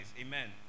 amen